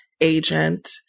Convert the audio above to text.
agent